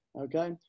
Okay